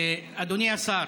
אדוני השר.